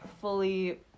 fully